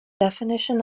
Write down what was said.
definition